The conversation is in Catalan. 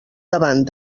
davant